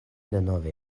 denove